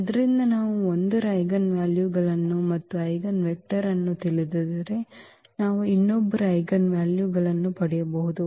ಆದ್ದರಿಂದ ನಾವು ಒಂದರ ಐಜೆನ್ವೆಲ್ಯುಗಳನ್ನು ಮತ್ತು ಐಜೆನ್ವೆಕ್ಟರ್ ಅನ್ನು ತಿಳಿದಿದ್ದರೆ ನಾವು ಇನ್ನೊಬ್ಬರ ಐಜೆನ್ವೆಲ್ಯುಗಳನ್ನು ಪಡೆಯಬಹುದು